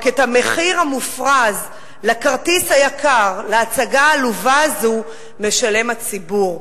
רק את המחיר המופרז לכרטיס היקר להצגה העלובה הזו משלם הציבור.